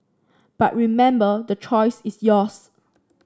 but remember the choice is yours